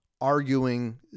arguing